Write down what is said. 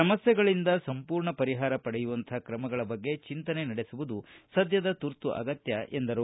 ಸಮಸ್ಥೆಗಳಿಂದ ಸಂಪೂರ್ಣ ಪರಿಹಾರ ಪಡೆಯುವಂಥ ಕ್ರಮಗಳ ಬಗ್ಗೆ ಚಿಂತನೆ ನಡೆಸುವುದು ಸದ್ಯದ ತುರ್ತು ಅಗತ್ಯ ಎಂದರು